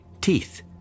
Teeth